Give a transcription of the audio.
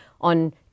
on